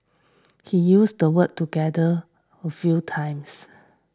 he used the word together a few times